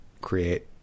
create